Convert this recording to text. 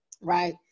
right